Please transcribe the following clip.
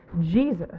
Jesus